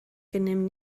gennym